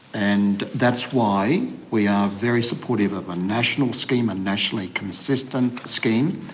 and that's why we are very supportive of a national scheme, a nationally consistent scheme,